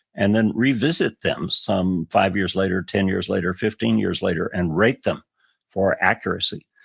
and then revisit them some five years later, ten years later, fifteen years later, and rate them for accuracy.